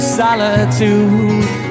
solitude